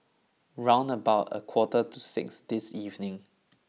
round about a quarter to six this evening